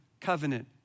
covenant